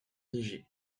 léger